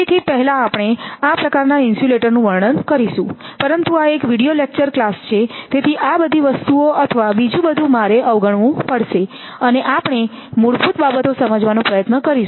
તેથી પહેલા આપણે આ પ્રકારના ઇન્સ્યુલેટરનું વર્ણન કરીશું પરંતુ આ એક વિડિઓ લેક્ચર ક્લાસ છે તેથી આ બધી વસ્તુઓ અથવા બીજું બધું મારે અવગણવું પડશે અને આપણે મૂળભૂત બાબતો સમજવાનો પ્રયત્ન કરીશું